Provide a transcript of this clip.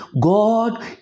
God